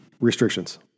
restrictions